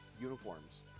uniforms